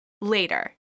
later